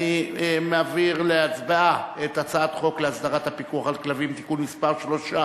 אני מעביר להצבעה את הצעת חוק להסדרת הפיקוח על כלבים (תיקון מס' 3)